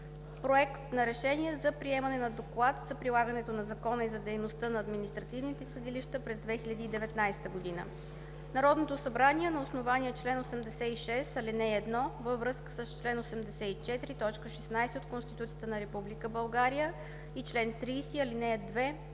„Проект! РЕШЕНИЕ за приемане на Доклад за прилагането на закона и за дейността на административните съдилища през 2019 г. Народното събрание на основание чл. 86, ал. 1 във връзка с чл. 84, т. 16 от Конституцията на Република България и чл. 30, ал. 2,